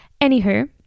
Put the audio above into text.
Anywho